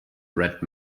brett